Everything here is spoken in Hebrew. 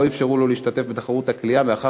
ולא אפשרו לו להשתתף בתחרות הקליעה מאחר